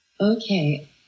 Okay